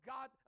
God